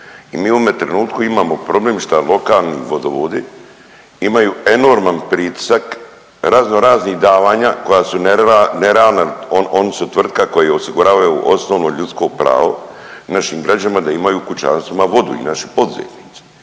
I mi u ovome trenutku imamo problem šta lokalni vodovodi imaju enorman pritisak razno raznih davanja koja su nerealna, oni su tvrtka koji osiguravaju osnovnu ljudsko pravo našim građanima da imaju kućanstvima vodu inače poduzetnici.